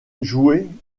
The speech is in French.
jouée